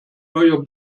neuer